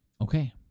Okay